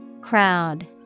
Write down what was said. Crowd